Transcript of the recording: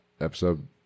episode